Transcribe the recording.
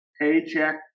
paycheck